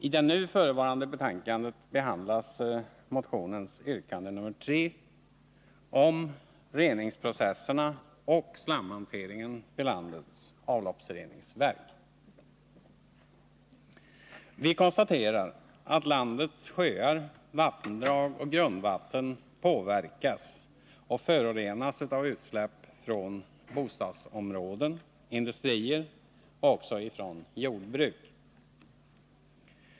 I det nu förevarande betänkandet behandlas motionens yrkande nr 3 om reningsprocesserna och slamhanteringen vid landets avloppsreningsverk. Vi konstaterar att landets sjöar, vattendrag och grundvatten påverkas och förorenas av utsläpp från bostadsområden, industrier och jordbruk.